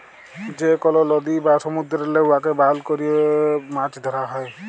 যে কল লদী বা সমুদ্দুরেল্লে উয়াকে বাহল ক্যরে মাছ ধ্যরা হ্যয়